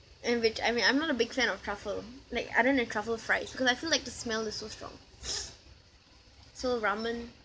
and which I mean I'm not a big fan of truffle like I don't like truffle fries because I feel like the smell is so strong so ramen